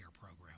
program